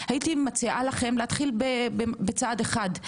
הייתי מציעה לכם להתחיל בצעד אחד.